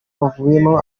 bavuyemo